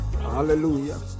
Hallelujah